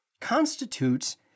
constitutes